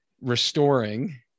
restoring